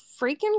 freaking